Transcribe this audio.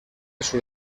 sur